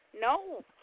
no